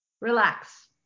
Relax